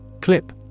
Clip